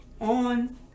on